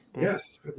Yes